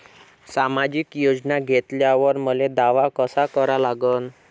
सामाजिक योजना घेतल्यावर मले दावा कसा करा लागन?